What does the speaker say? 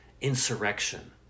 insurrection